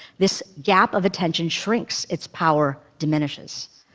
this gap of attention shrinks, its power diminishes.